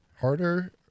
Harder